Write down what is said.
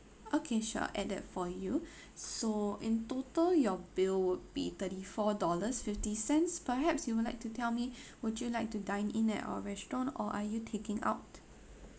okay sure add that for you so in total your bill would be thirty four dollars fifty cents perhaps you'd like to tell me would you like to dine in at our restaurant or are you taking out